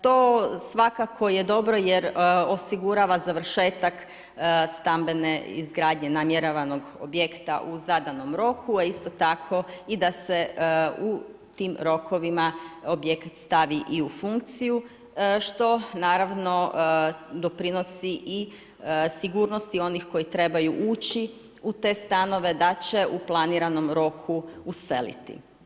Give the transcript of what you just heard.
To svakako je dobro jer osigurava završetak stambene izgradnje namjeravanog objekta u zadanom roku a isto tako i da se u tim rokovima objekat stavi i u funkciju što naravno doprinosi i sigurnosti onih koji trebaju ući u te stanove da će u planiranom roku useliti.